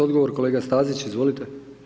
Odgovor kolega Stazić, izvolite.